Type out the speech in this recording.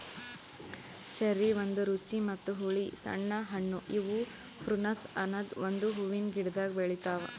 cherry ಒಂದ್ ರುಚಿ ಮತ್ತ ಹುಳಿ ಸಣ್ಣ ಹಣ್ಣು ಇವು ಪ್ರುನುಸ್ ಅನದ್ ಒಂದು ಹೂವಿನ ಗಿಡ್ದಾಗ್ ಬೆಳಿತಾವ್